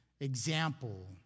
example